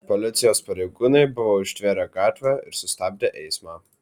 policijos pareigūnai buvo užtvėrę gatvę ir sustabdę eismą